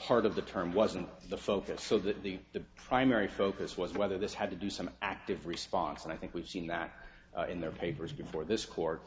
part of the term wasn't the focus so that the the primary focus was whether this had to do some active response and i think we've seen that in their papers before this court